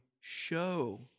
show